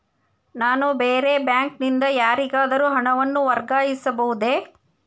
ನಾನು ಬೇರೆ ಬ್ಯಾಂಕ್ ನಿಂದ ಯಾರಿಗಾದರೂ ಹಣವನ್ನು ವರ್ಗಾಯಿಸಬಹುದೇ?